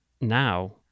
now